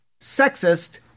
sexist